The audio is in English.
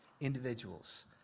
individuals